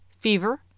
fever